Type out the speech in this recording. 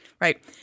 right